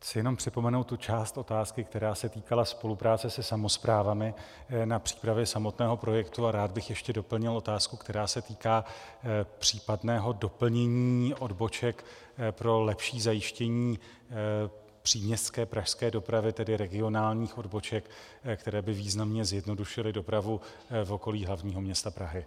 Chci jenom připomenout tu část otázky, která se týkala spolupráce se samosprávami na přípravě samotného projektu, a rád bych ještě doplnil otázku, která se týká případného doplnění odboček pro lepší zajištění příměstské pražské dopravy, tedy regionálních odboček, které by významně zjednodušily dopravu v okolí hlavního města Prahy.